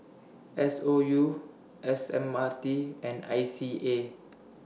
S O U S M R T and I C A